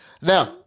Now